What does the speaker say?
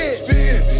spin